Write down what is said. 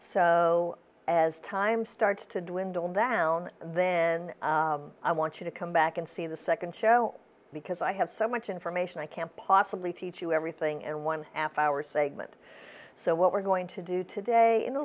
so as time starts to dwindle and that then i want you to come back and see the second show because i have so much information i can't possibly teach you everything and one half hour segment so what we're going to do today in a